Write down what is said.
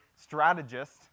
strategist